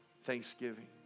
Thanksgiving